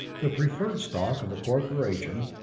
the preferred stock of a corporation,